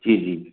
जी जी